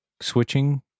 switching